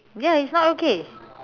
ya it's not okay